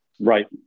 Right